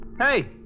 Hey